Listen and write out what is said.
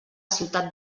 ciutat